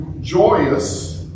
joyous